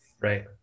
Right